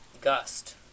Gust